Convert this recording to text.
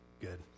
good